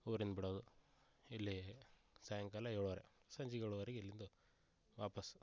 ಊರಿಂದ ಬಿಡೋದು ಇಲ್ಲಿ ಸಾಯಂಕಾಲ ಏಳೂವರೆ ಸಂಜೆಗೆ ಏಳೂವರೀಗೆ ಇಲ್ಲಿಂದ ವಾಪಸ್